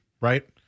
right